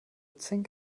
zink